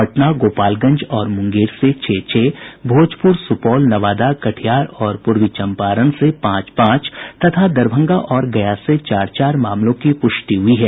पटना गोपालगंज और मुंगेर से छह छह भोजपुर सुपौल नवादा कटिहार और पूर्वी चम्पारण से पांच पांच तथा दरभंगा और गया से चार चार मामलों की पुष्टि हुई है